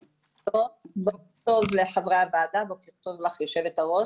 בוקר טוב לחברי הוועדה ובוקר טוב לך, יושבת הראש.